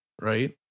Right